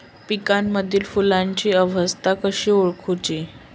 पिकांमदिल फुलांची अवस्था कशी ओळखुची?